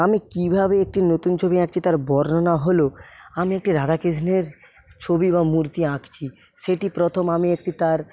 আমি কীভাবে একটি নতুন ছবি আঁকছি তার বর্ণনা হলো আমি একটি রাধাকৃষ্ণের ছবি বা মূর্তি আঁকছি সেটি প্রথম আমি একটি তার